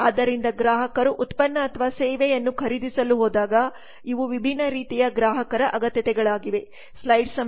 ಆದ್ದರಿಂದ ಗ್ರಾಹಕರು ಉತ್ಪನ್ನ ಅಥವಾ ಸೇವೆಯನ್ನು ಖರೀದಿಸಲು ಹೋದಾಗ ಇವು ವಿಭಿನ್ನ ರೀತಿಯ ಗ್ರಾಹಕರ ಅಗತ್ಯತೆಗಳಾಗಿವೆ